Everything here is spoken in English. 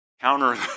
counter